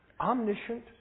omniscient